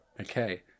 Okay